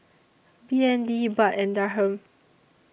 B N D Baht and Dirham